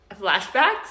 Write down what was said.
flashbacks